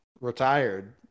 retired